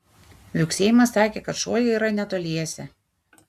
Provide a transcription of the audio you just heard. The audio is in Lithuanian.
viauksėjimas sakė kad šuo yra netoliese